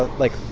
like,